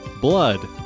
Blood